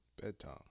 Bedtime